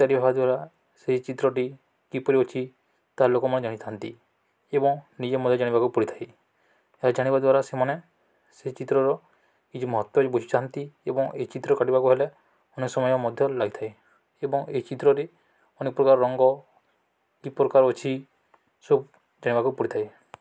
ଇତ୍ୟାଦି ହେବା ଦ୍ୱାରା ସେ ଚିତ୍ରଟି କିପରି ଅଛି ତା ଲୋକମାନେ ଜାଣିଥାନ୍ତି ଏବଂ ନିଜେ ମଧ୍ୟ ଜାଣିବାକୁ ପଡ଼ିଥାଏ ଏହା ଜାଣିବା ଦ୍ୱାରା ସେମାନେ ସେ ଚିତ୍ରର କିଛି ମହତ୍ତ୍ୱ ବୁଝିଥାନ୍ତି ଏବଂ ଏହି ଚିତ୍ର କାଟିବାକୁ ହେଲେ ଅନେକ ସମୟ ମଧ୍ୟ ଲାଗିଥାଏ ଏବଂ ଏହି ଚିତ୍ରରେ ଅନେକ ପ୍ରକାର ରଙ୍ଗ କି ପ୍ରକାର ଅଛି ସବୁ ଜାଣିବାକୁ ପଡ଼ିଥାଏ